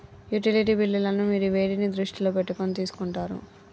Utility బిల్లులను మీరు వేటిని దృష్టిలో పెట్టుకొని తీసుకుంటారు?